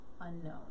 unknown